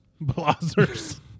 Blazers